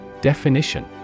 Definition